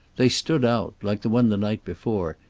they stood out, like the one the night before,